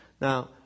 Now